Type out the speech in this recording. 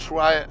Try